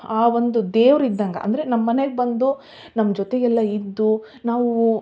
ಆ ಒಂದು ದೇವ್ರು ಇದ್ದಂಗೆ ಅಂದರೆ ನಮ್ಮ ಮನೆಗೆ ಬಂದು ನಮ್ಮ ಜೊತೆಗೆಲ್ಲ ಇದ್ದು ನಾವು